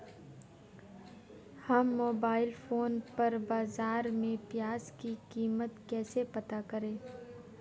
हम mobile phone पर बाज़ार में प्याज़ की कीमत कैसे पता करें?